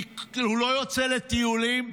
כי הוא לא יוצא לטיולים.